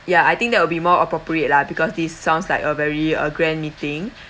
ya I think that would be more appropriate lah because this sounds like a very a grand meeting